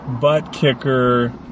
butt-kicker